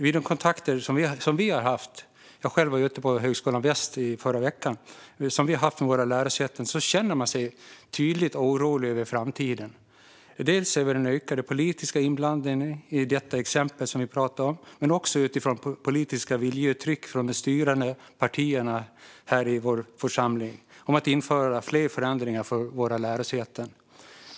Vid de kontakter vi har haft med våra lärosäten - jag var själv ute på Högskolan Väst i förra veckan - har vi märkt att man känner en tydlig oro för framtiden, dels över den ökade politiska inblandningen i exemplet vi pratar om, dels över politiska viljeuttryck från de styrande partierna här i vår församling om införande av fler förändringar för våra lärosäten.